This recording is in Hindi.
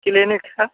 किलिनिक है